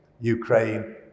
Ukraine